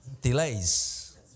Delays